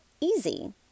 easy